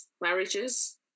marriages